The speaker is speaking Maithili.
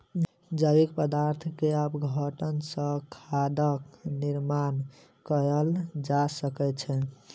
जैविक पदार्थ के अपघटन सॅ खादक निर्माण कयल जा सकै छै